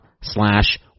slash